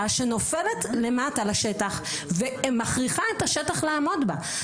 שנופלת למטה לשטח ומכריחה את השטח לעמוד בה.